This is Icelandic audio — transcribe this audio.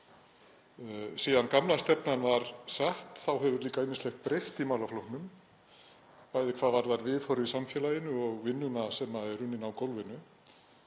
Síðan gamla stefnan var sett hefur líka ýmislegt breyst í málaflokknum, bæði hvað varðar viðhorf í samfélaginu og vinnuna sem er unnin á gólfinu,